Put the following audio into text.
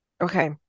Okay